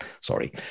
sorry